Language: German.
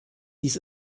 dies